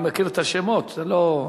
אני מכיר את השמות, זה לא,